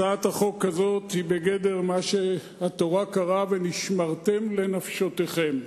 הצעת החוק הזאת היא בגדר מה שהתורה קראה "ונשמרתם לנפשותיכם",